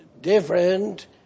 different